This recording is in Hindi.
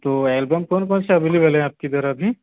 तो एलबम कौन कौन से अवेलेबल हैं आपके द्वारा अभी